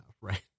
Right